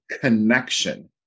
connection